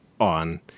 on